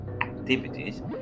activities